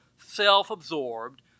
self-absorbed